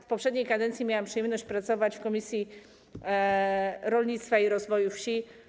W poprzedniej kadencji miałam przyjemność pracować w Komisji Rolnictwa i Rozwoju Wsi.